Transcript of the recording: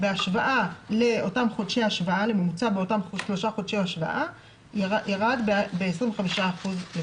בהשוואה לממוצע באותם חודשי השוואה ירד לפחות ב-25%.